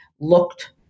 looked